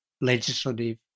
legislative